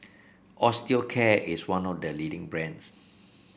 Osteocare is one of the leading brands